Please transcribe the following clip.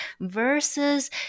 versus